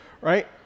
right